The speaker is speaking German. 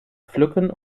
pflücken